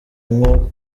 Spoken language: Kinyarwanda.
nko